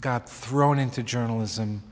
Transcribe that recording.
got thrown into journalism